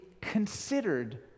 considered